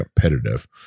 competitive